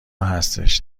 هستش